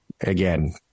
Again